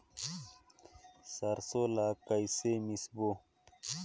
सरसो ला कइसे मिसबो?